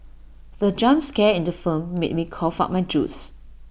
the jump scare in the film made me cough out my juice